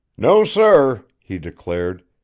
no, sir, he declared.